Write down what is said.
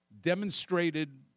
demonstrated